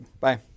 Bye